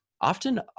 often